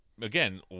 Again